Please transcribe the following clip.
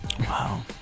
Wow